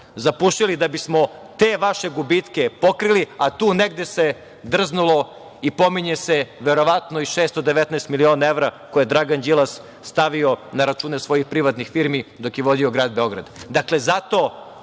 zapušili, da bismo te vaše gubitke pokrili, a tu negde se drznulo i pominje se verovatno i 619 miliona evra koje je Dragan Đilas stavio na račune svojih privatnih firmi dok je vodio grad Beograd. Zato,